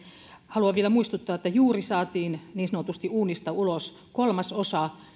haluan vielä muistuttaa että juuri saatiin niin sanotusti uunista ulos kolmas osa